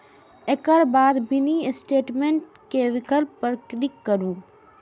एकर बाद mini statement के विकल्प पर क्लिक करू